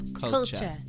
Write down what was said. culture